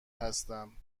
هستم